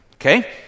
okay